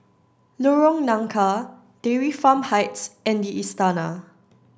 Lorong Nangka Dairy Farm Heights and The Istana